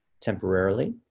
temporarily